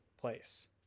place